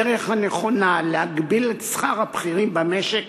הדרך הנכונה להגביל את שכר הבכירים במשק